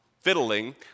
fiddling